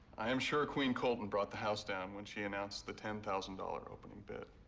i am sure queen colton brought the house down when she announced the ten thousand dollars opening bid.